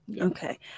Okay